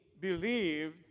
believed